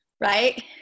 right